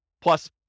plus